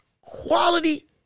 quality